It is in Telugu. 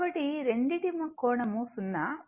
కాబట్టి రెండిటి కి కోణం 0